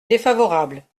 défavorable